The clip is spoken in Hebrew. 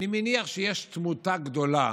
אני מניח שיש תמותה גדולה